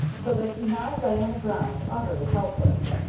so that he now lay on the ground utterly helpless,